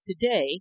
today